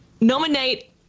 nominate